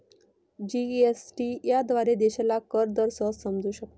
GST याद्वारे देशाला कर दर सहज समजू शकतो